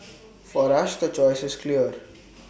for us the choice is clear